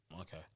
Okay